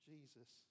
Jesus